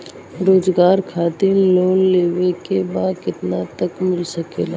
रोजगार खातिर लोन लेवेके बा कितना तक मिल सकेला?